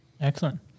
Excellent